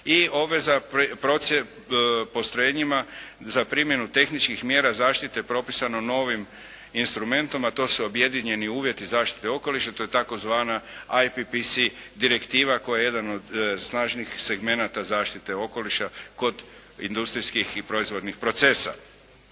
i obveza postrojenjima za primjenu tehničkih mjera zaštite propisano novim instrumentom, a to su objedinjeni uvjeti zaštite okoliša. To je tzv. IPPS direktiva koja je jedan od snažnih segmenata zaštite okoliša kod industrijskih i proizvodnih procesa.